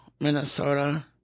Minnesota